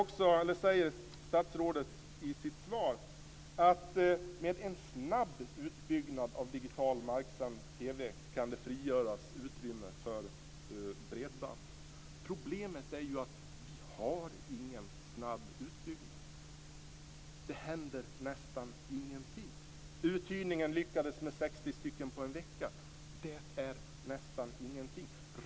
Statsrådet säger också i sitt svar: Med en snabb utbyggnad av digital marksänd TV kan det frigöras utrymme för bredband. Problemet är ju att vi inte har någon snabb utbyggnad. Det händer nästan ingenting. Uthyrningen lyckades med 60 stycken på en vecka. Det är nästan ingenting.